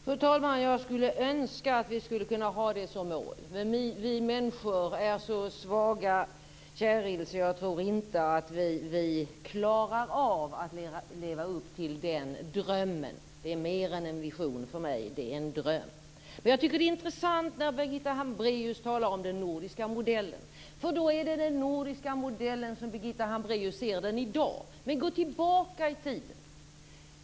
Fru talman! Jag skulle önska att vi kunde ha det som mål. Men vi människor är så svaga käril att jag inte tror att vi klarar av att leva upp till den drömmen. Det är mer än en vision, det är en dröm. Jag tycker att det är intressant när Birgitta Hambraeus talar om den nordiska modellen. Då är det den nordiska modellen som Birgitta Hambraeus ser den i dag. Gå tillbaka i tiden.